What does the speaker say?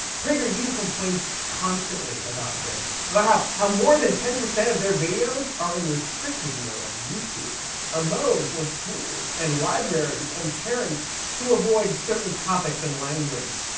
prageru complains constantly about this, about how. how more than ten percent of their videos are in restricted mode on youtube a mode for schools and libraries and parents to avoid certain topics and language.